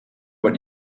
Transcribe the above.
what